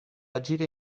agire